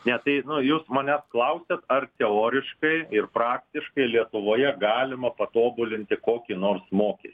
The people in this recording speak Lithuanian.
ne tai jūs manęs klausiat ar teoriškai ir praktiškai lietuvoje galima patobulinti kokį nors mokestį